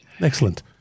Excellent